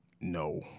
No